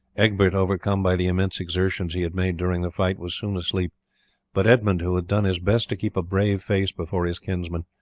egbert, overcome by the immense exertions he had made during the fight, was soon asleep but edmund, who had done his best to keep a brave face before his kinsman,